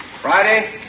Friday